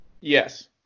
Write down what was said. Yes